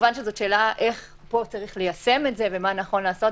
כמובן שזאת שאלה איך צריך ליישם את זה ומה נכון לעשות.